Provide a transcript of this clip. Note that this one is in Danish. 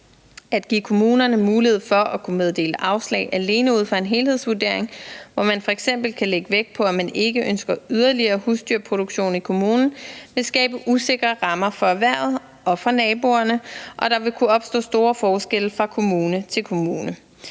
At give kommunerne mulighed for at kunne meddele afslag alene ud fra en helhedsvurdering, hvor man f.eks. kan lægge vægt på, at man ikke ønsker yderligere husdyrproduktion i kommunen, vil skabe usikre rammer for erhvervet og for naboerne, og der vil kunne opstå store forskelle fra kommune til kommune.